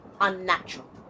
unnatural